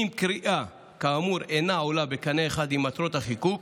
אם קריאה כאמור אינה עולה בקנה אחד עם מטרות החיקוק,